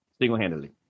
single-handedly